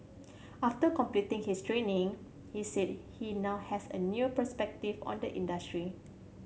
after completing his training he said he now has a new perspective on the industry